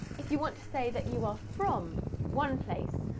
if you want to say that you are from one place,